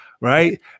Right